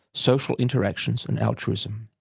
social interactions and altruism.